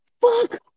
fuck